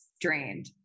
drained